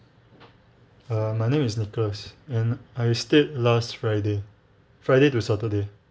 uh my name is nicholas and I stayed last friday friday to saturday